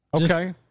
Okay